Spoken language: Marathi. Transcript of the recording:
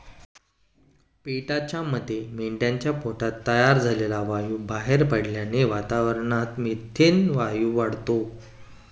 पेटाच्या मते मेंढीच्या पोटात तयार झालेला वायू बाहेर पडल्याने वातावरणात मिथेन वायू वाढतो